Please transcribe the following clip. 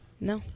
No